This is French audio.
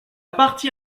partie